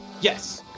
yes